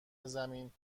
زمین